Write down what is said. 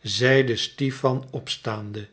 zeide stipan opstaande